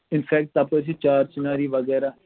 in fact تَپٲرۍ چھِ چار چِناری وغیرہ